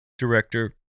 Director